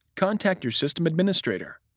contact your system administrator.